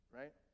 right